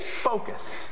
Focus